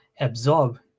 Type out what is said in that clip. absorb